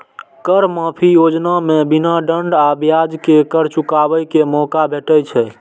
कर माफी योजना मे बिना दंड आ ब्याज के कर चुकाबै के मौका भेटै छै